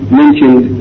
mentioned